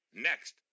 Next